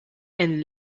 and